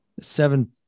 Seven